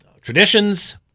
traditions